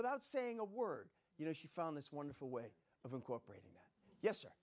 without saying a word you know she found this wonderful way of incorporating